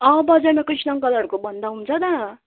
अँ बजारमा कृष्ण अङ्कलहरूको भन्दा हुन्छ त